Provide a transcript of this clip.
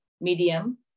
Medium